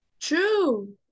true